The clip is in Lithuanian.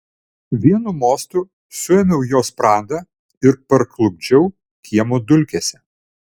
vienu mostu suėmiau jo sprandą ir parklupdžiau kiemo dulkėse